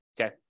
okay